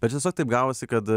bet čia tiesiog taip gavosi kad